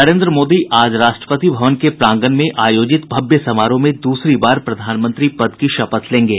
नरेंद्र मोदी आज राष्ट्रपति भवन के प्रांगण में आयोजित भव्य समारोह में दूसरी बार प्रधानमंत्री पद की शपथ लेंगे